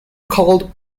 called